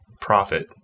profit